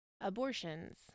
abortions